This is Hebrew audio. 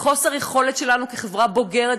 לחוסר יכולת שלנו כחברה בוגרת,